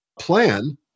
plan